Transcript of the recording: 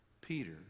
peter